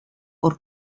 hor